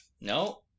No